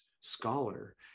scholar